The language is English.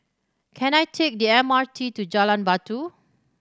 can I take the M R T to Jalan Batu